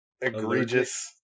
egregious